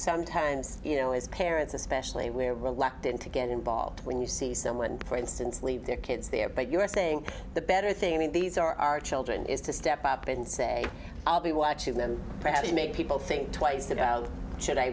sometimes you know as parents especially we're reluctant to get involved when you see someone for instance leave their kids there but you're saying the better thing these are our children is to step up and say i'll be watching them probably make people think twice about should i